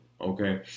okay